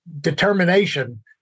determination